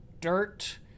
dirt